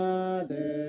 Father